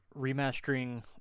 remastering